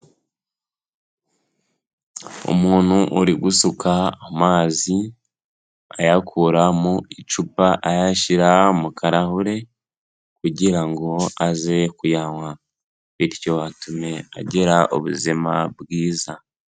Umuntu uri gusuka amazi ayakura mu icupa ayashyira mu karahure, kugira ngo aze kuyanywa bityo atume agira ubuzima bwiza.